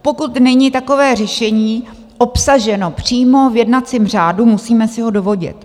Pokud není takové řešení obsaženo přímo v jednacím řádu, musíme si ho dovodit.